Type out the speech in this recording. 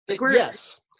Yes